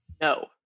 No